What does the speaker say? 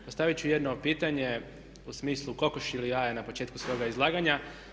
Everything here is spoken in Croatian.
Postaviti ću jedno pitanje u smislu kokoš ili jaje na početku svoga izlaganja.